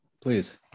Please